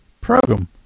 program